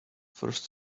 first